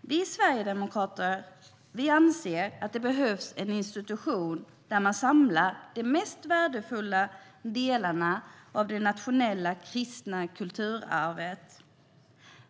Vi sverigedemokrater anser att det behövs en institution där man samlar de mest värdefulla delarna av det nationella kristna kulturarvet.